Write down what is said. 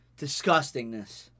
Disgustingness